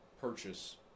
purchase